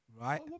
Right